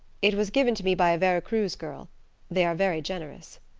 it was given to me by a vera cruz girl they are very generous,